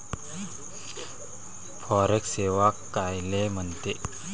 Forex सेवा कायले म्हनते?